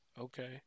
Okay